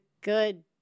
good